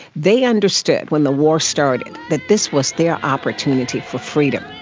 they understood when the war started that this was their opportunity for freedom,